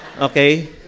Okay